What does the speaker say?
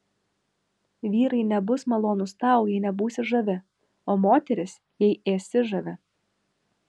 vyrai nebus malonūs tau jei nebūsi žavi o moterys jei ėsi žavi